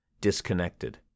disconnected